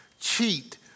cheat